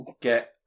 get